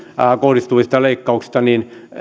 kohdistuvista leikkauksista niin